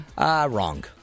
wrong